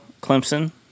Clemson